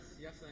yes